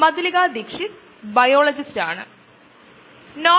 മുന്നോട്ട് പോകുമ്പോൾ ഇത് ഒരു ആമുഖമായിരിക്കും ആദ്യ ലെക്ചർ ഒരു ആമുഖമായിരിക്കും